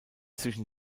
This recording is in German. zwischen